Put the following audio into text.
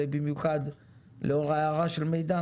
ובמיוחד לאור ההערה של מידן,